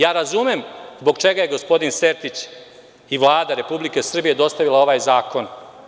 Ja razumem zbog čega je gospodin Sertić i Vlada Republike Srbije dostavila ovaj zakon.